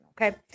Okay